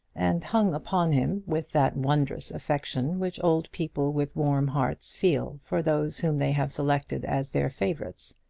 and hung upon him with that wondrous affection which old people with warm hearts feel for those whom they have selected as their favourites.